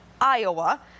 Iowa